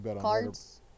Cards